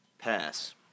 Pass